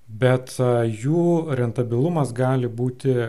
bet jų rentabilumas gali būti